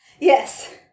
Yes